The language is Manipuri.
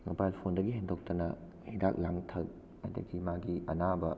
ꯃꯣꯕꯥꯏꯜ ꯐꯣꯟꯗꯒꯤ ꯍꯦꯟꯗꯣꯛꯇꯅ ꯍꯤꯗꯥꯛ ꯂꯥꯡꯊꯛ ꯑꯗꯒꯤ ꯃꯥꯒꯤ ꯑꯅꯥꯕ